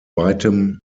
weitem